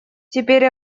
теперь